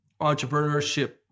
entrepreneurship